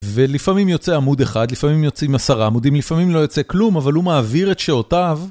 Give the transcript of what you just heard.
ולפעמים יוצא עמוד אחד, לפעמים יוצאים עשרה עמודים, לפעמים לא יוצא כלום, אבל הוא מעביר את שעותיו.